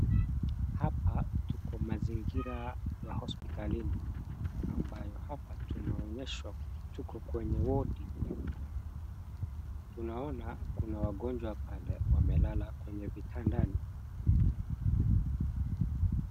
Hapa tuko mazingira la hospitalini ambayo hapa tunaonyeshwa tuko kwenye wodi ya wagonjwa. Tunaona kuna wagonjwa pale wamelala kwenye vitandani.